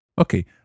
Okay